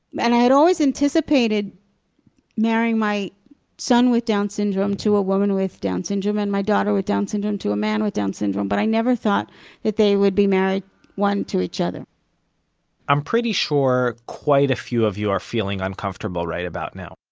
and i had always anticipated marrying my son with down syndrome to a woman with down syndrome and my daughter with down syndrome to a man with down syndrome. but i never thought that they would be married one to each other i'm pretty sure quite a few of you are feeling uncomfortable right about now.